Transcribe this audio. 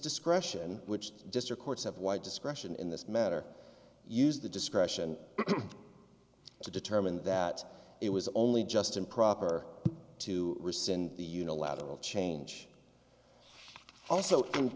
discretion which just or courts have wide discretion in this matter use the discretion to determine that it was only just improper to rescind the unilateral change also